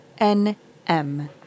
NM